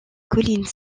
collines